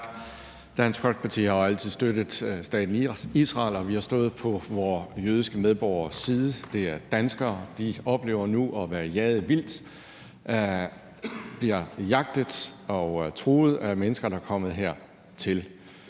Dansk Folkeparti har jo altid støttet staten Israel, og vi har stået på vore jødiske medborgeres side. De er danskere, og de oplever nu at være jaget vildt. De bliver jagtet og truet af mennesker, der er kommet hertil.